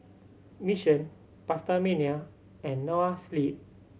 Mission PastaMania and Noa Sleep